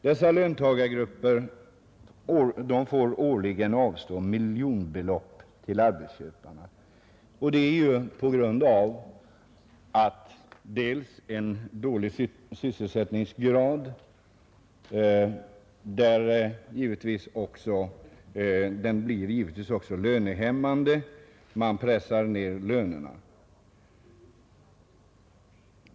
Dessa löntagargrupper får årligen avstå miljonbelopp till arbetsköparna. Det beror delvis på en dålig sysselsättningsgrad, som givetvis också blir lönehämmande; man pressar ned lönerna.